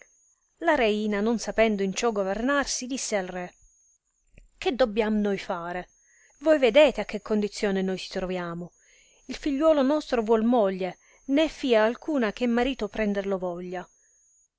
la reina non sapendo in ciò governarsi disse al re che dobbiam noi fare voi vedete a che condizione noi si troviamo il figliuolo nostro vuol moglie né fia alcuna che in marito prender lo voglia